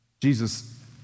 Jesus